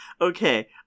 okay